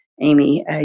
Amy